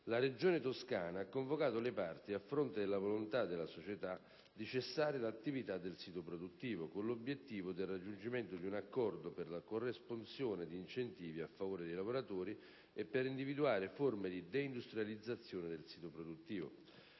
la Regione Toscana ha convocato le parti, a fronte della volontà della società in questione di cessare l'attività del sito produttivo, con l'obiettivo del raggiungimento di un accordo per la corresponsione di incentivi a favore dei lavoratori e per individuare forme di deindustrializzazione del sito produttivo.